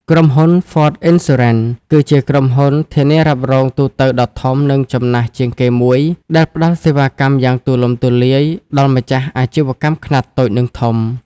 ក្រុមហ៊ុន Forte Insurance គឺជាក្រុមហ៊ុនធានារ៉ាប់រងទូទៅដ៏ធំ និងចំណាស់ជាងគេមួយ ដែលផ្ដល់សេវាកម្មយ៉ាងទូលំទូលាយដល់ម្ចាស់អាជីវកម្មខ្នាតតូច និងធំ។